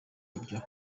ivyo